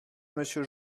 monsieur